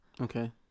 Okay